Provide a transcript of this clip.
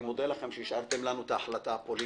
אני מודה לכם שהשארתם לנו את ההחלטה הפוליטית,